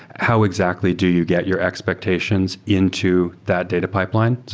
how exactly do you get your expectations into that data pipeline?